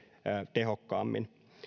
tehokkaammin